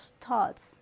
thoughts